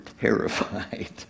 terrified